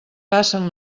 passen